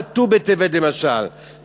עד ט"ו בטבת למשל,